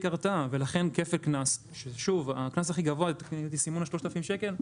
הרתעה ולכן כפל קנס הוא 3,000 שקלים.